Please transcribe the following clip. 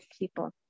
people